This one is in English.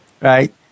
right